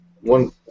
one